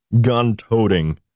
gun-toting